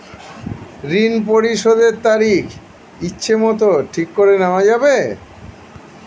ঋণ পরিশোধের তারিখ ইচ্ছামত ঠিক করে নেওয়া যাবে?